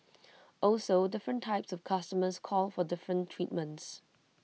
also different types of customers call for different treatments